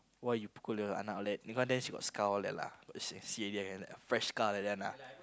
why you pukul your anak all that in front there she got scar all that lah she can see already like that ah fresh scar all that lah